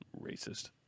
Racist